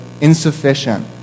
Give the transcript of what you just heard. insufficient